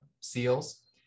seals